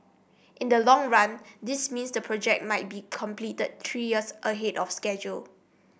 in the long run this means the project might be completed three years ahead of schedule